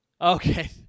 Okay